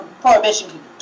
Prohibition